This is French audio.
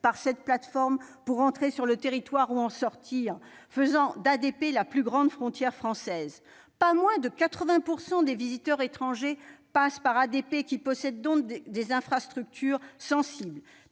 par cette plateforme pour entrer sur le territoire ou en sortir, faisant d'ADP la plus grande frontière française. Pas moins de 80 % des visiteurs étrangers passent par ADP, qui possède donc des infrastructures sensibles